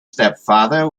stepfather